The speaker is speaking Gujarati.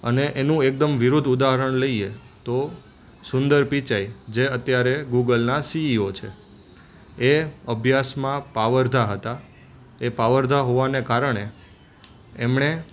અને એનું એકદમ વિરુદ્ધ ઉદાહરણ લઈએ તો સુંદર પિચાઈ જે અત્યારે ગુગલના સીઇઓ છે એ અભ્યાસમાં પાવરધા હતા એ પાવરધા હોવાને કારણે એમણે